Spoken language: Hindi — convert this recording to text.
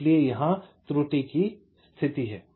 इसलिए यहां त्रुटि की स्थिति है